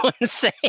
insane